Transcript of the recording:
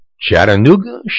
Chattanooga